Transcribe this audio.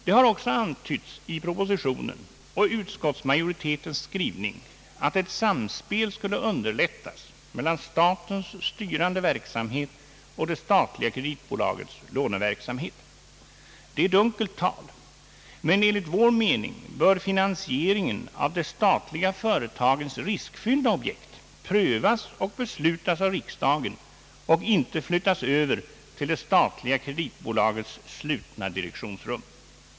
Det har också antytts i propositionen och utskottsmajoritetens skrivning, att ett samspel skulle underlättas mellan statens styrande verksamhet och det statliga kreditbolagets låneverksamhet. Det är dunkelt tal, men enligt vår mening bör finansieringen av de statliga företagens riskfyllda objekt prövas och beslutas av riksdagen och inte flyttas över till det statliga kreditbolagets slutna direktionsrum.